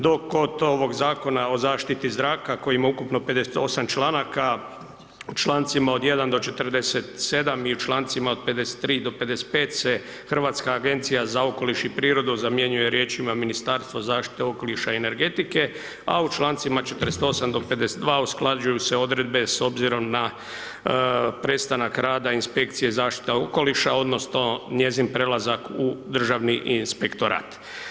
Dok kod ovog Zakona o zaštiti zraka, koji ima ukupno 58 članaka, u člancima od 1. do 47. i u člancima od 53. do 55. se Hrvatska agencija za okoliš i prirodu zamjenjuje riječima „Ministarstvo zaštite okoliša i energetike“, a u člancima 48. do 52. usklađuju se odredbe s obzirom na prestanak rada inspekcije zaštite okoliša odnosno njezin prelazak u Državni inspektorat.